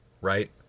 right